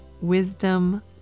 wisdom